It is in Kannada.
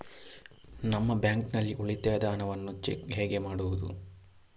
ನಮ್ಮ ಬ್ಯಾಂಕ್ ನಲ್ಲಿ ಉಳಿತಾಯದ ಹಣವನ್ನು ಚೆಕ್ ಹೇಗೆ ಮಾಡುವುದು?